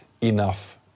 enough